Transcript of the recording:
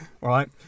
Right